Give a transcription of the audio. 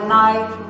night